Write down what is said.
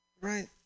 Right